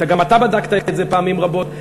גם אתה בדקת את זה פעמים רבות.